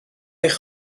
eich